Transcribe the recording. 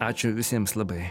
ačiū visiems labai